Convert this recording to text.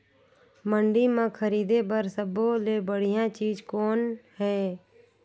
मंडी म खरीदे बर सब्बो ले बढ़िया चीज़ कौन हे?